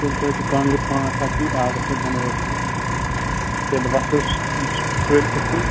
تیٚلہِ تھٲوۍزیٚو کانٛگٕرِ پانٛژھ ہَتھ آڈرَس پیٚٹھ بَنٲوِتھ تہٕ تیٚلہِ وَسو أسۍ کٲلۍکیٚتھ تام